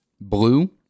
Blue